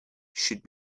should